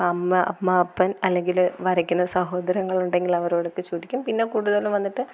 അമ്മ അമ്മ അപ്പൻ അല്ലെങ്കിൽ വരയ്ക്കുന്ന സഹോദരങ്ങൾ ഉണ്ടെങ്കിൽ അവരോടൊക്കെ ചോദിക്കും പിന്നെ കൂടുതലും വന്നിട്ട്